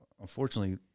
unfortunately